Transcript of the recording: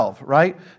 right